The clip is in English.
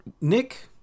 Nick